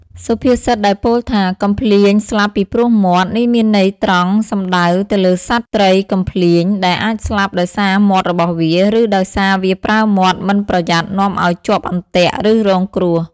សុភាសិតដែលពោលថា កំភ្លាញស្លាប់ពីព្រោះមាត់ នេះមានន័យត្រង់សំដៅទៅលើសត្វត្រីកំភ្លាញ ដែលអាចស្លាប់ដោយសារមាត់របស់វា ឬដោយសារវាប្រើមាត់មិនប្រយ័ត្ននាំឲ្យជាប់អន្ទាក់ ឬរងគ្រោះ។